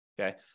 okay